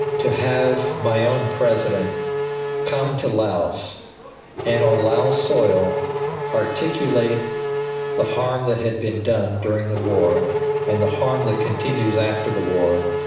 to have my own president come to laos and on laos soil articulate the harm that had been done during the war and the harm that continues after the war,